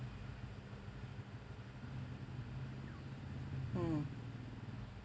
mm